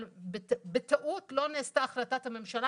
אבל בטעות לא נעשתה החלטת הממשלה